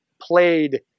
played